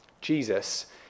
jesus